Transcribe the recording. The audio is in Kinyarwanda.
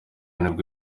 nibwo